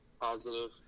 positive